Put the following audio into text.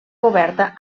coberta